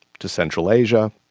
to central asia,